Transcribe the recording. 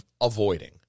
avoiding